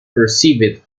perceived